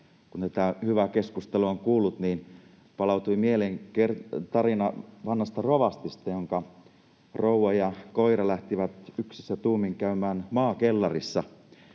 kun tätä hyvää keskustelua on kuullut, niin palautui mieleen tarina vanhasta rovastista, jonka rouva ja koira lähtivät yksissä tuumin käymään maakellarissa.